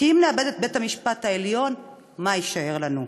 כי אם נאבד את בית-המשפט העליון, מה יישאר לנו?